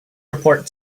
report